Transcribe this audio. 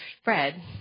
spread